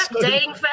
dating